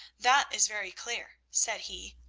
that is very clear said he.